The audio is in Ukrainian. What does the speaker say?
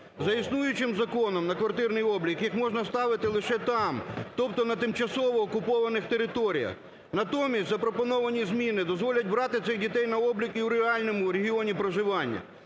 За існуючим законом на квартирний облік їх можна ставити лише там, тобто на тимчасово окупованих територіях. Натомість запропоновані зміни дозволять брати цих дітей на облік і в реальному регіоні проживання.